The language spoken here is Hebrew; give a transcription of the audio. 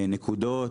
נקודות,